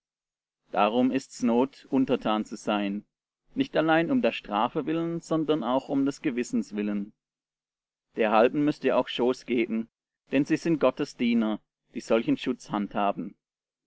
darum ist's not untertan zu sein nicht allein um der strafe willen sondern auch um des gewissens willen derhalben müßt ihr auch schoß geben denn sie sind gottes diener die solchen schutz handhaben